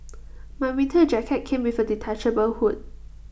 my winter jacket came with A detachable hood